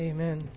Amen